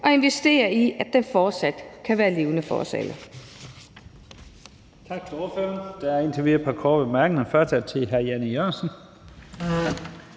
og investerer i, at det fortsat kan være levende for os alle.